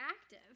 active